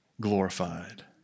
glorified